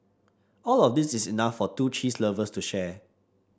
all of these is enough for two cheese lovers to share